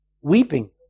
weeping